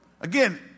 Again